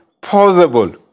possible